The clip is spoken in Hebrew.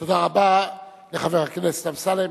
תודה רבה לחבר הכנסת אמסלם.